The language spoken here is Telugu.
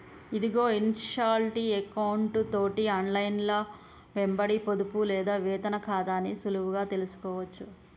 ఇదిగో ఇన్షాల్టీ ఎకౌంటు తోటి ఆన్లైన్లో వెంబడి పొదుపు లేదా వేతన ఖాతాని సులువుగా తెలుసుకోవచ్చు